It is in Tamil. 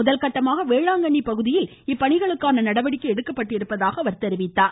முதல்கடடமாக வேளாங்கண்ணி பகுதியில் இப்பணிகளுக்கான நடவடிக்கை எடுக்கப்பட்டிருப்பதாக கூறினார்